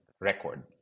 record